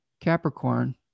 Capricorn